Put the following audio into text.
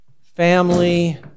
family